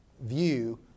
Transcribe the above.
view